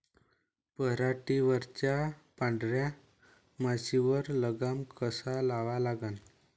पराटीवरच्या पांढऱ्या माशीवर लगाम कसा लावा लागन?